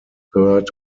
third